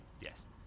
Yes